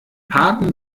parken